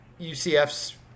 UCF's